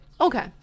Okay